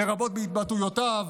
לרבות בהתבטאויותיו,